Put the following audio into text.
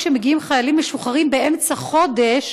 כשמגיעים חיילים משוחררים באמצע חודש,